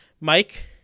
Mike